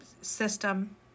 system